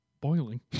boiling